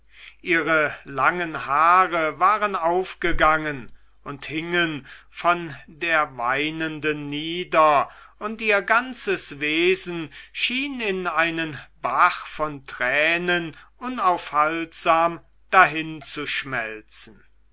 ihre langen haare waren aufgegangen und hingen von der weinenden nieder und ihr ganzes wesen schien in einen bach von tränen unaufhaltsam dahinzuschmelzen